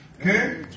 Okay